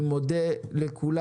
אני מודה לכולם.